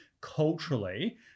culturally